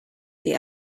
the